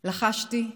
"לחשתי: